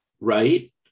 right